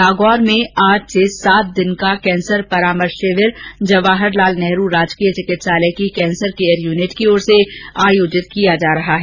नागौर में आज से सात दिन का कैंसर परामर्श शिविर जवाहर लाल नेहरू राजकीय चिकित्सालय की कैंसर केयर युनिट की ओर से आयोजित किया जा रहा है